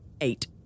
Eight